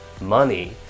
money